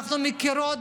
אנחנו מכירות